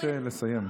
אני אבקש לסיים.